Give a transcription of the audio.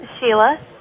Sheila